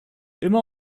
immer